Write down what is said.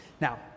Now